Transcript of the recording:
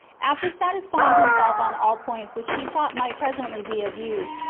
after satisfying himself on all points which he thought might presently be of use,